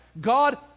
God